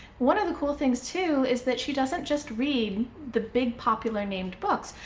one of the cool things too is that she doesn't just read the big popular named books.